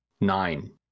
nine